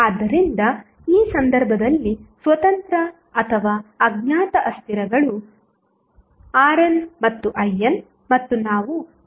ಆದ್ದರಿಂದ ಈ ಸಂದರ್ಭದಲ್ಲಿ ಸ್ವತಂತ್ರ ಅಥವಾ ಅಜ್ಞಾತ ಅಸ್ಥಿರಗಳು RN ಮತ್ತು IN ಮತ್ತು ನಾವು ಕಂಡುಹಿಡಿಯಬೇಕಾಗಿದೆ